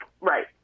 Right